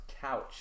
couch